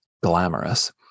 glamorous